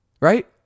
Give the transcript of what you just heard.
right